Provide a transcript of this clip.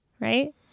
right